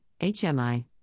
HMI